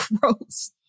gross